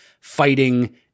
fighting